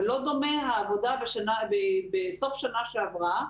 אבל לא דומה העבודה בסוף שנה שעברה,